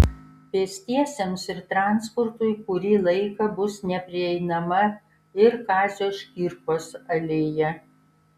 pėstiesiems ir transportui kurį laiką bus neprieinama ir kazio škirpos alėja